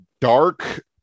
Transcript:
Dark